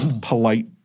polite